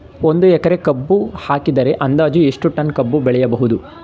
ಒಂದು ಎಕರೆ ಕಬ್ಬು ಹಾಕಿದರೆ ಅಂದಾಜು ಎಷ್ಟು ಟನ್ ಕಬ್ಬು ಬೆಳೆಯಬಹುದು?